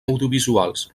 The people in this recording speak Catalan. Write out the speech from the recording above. audiovisuals